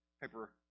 paper